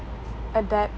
adapt